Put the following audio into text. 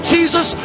Jesus